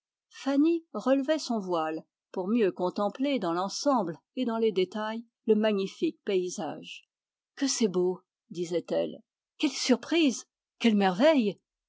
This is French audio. fanny relevait son voile pour mieux contempler dans l'ensemble et dans les détails le magnifique paysage que c'est beau disait-elle quelle surprise quelle merveille